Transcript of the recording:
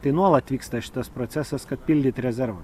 tai nuolat vyksta šitas procesas kad pildyt rezervą